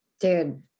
Dude